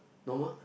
normal